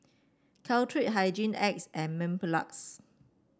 Caltrate Hygin X and Mepilex